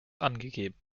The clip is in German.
angegeben